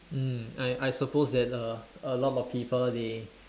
mm I I suppose that a a lot of people they